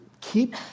keep